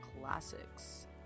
classics